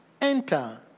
Enter